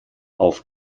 auf